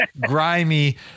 grimy